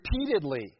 repeatedly